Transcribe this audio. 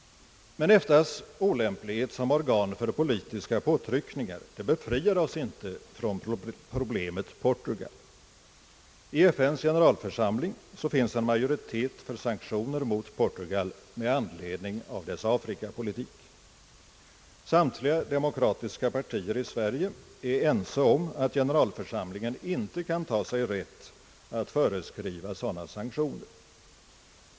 Men EFTA:s olämplighet som organ för politiska påtryckningar befriar oss inte från problemet Portugal. I FN:s generalförsamling finns en majoritet för sanktioner mot Portugal med anledning av dess afrikapolitik. Samtliga demokratiska partier i Sverige är ense om att generalförsamlingen inte kan ta sig rätt att föreskriva sådana sanktioner.